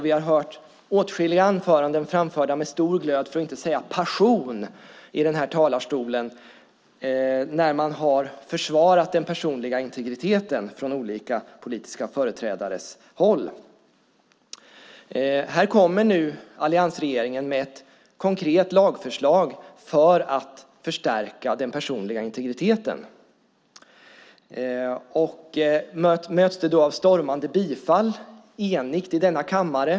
Vi har hört åtskilliga anföranden framförda med stor glöd, för att inte säga passion, i denna talarstol där man har försvarat den personliga integriteten från olika politiska företrädares håll. Här kommer nu alliansregeringen med ett konkret lagförslag för att förstärka den personliga integriteten. Möts det då av ett stormande bifall och enighet i denna kammare?